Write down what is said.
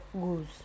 goose